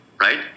Right